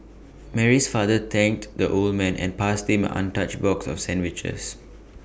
Mary's father thanked the old man and passed him an untouched box of sandwiches